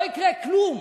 לא יקרה כלום.